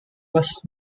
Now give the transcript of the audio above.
was